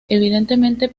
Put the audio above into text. evidentemente